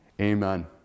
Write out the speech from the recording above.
Amen